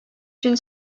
une